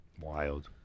Wild